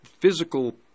physical